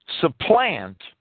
supplant